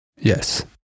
Yes